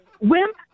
Wimp